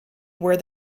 where